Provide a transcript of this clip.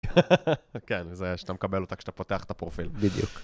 חה חה חה. כן, זה שאתה מקבל אותה כשאתה פותח את הפרופיל, בדיוק.